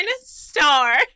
star